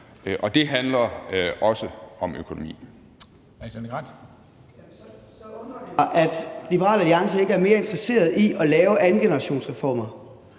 Og det handler også om økonomi.